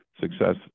success